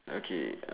okay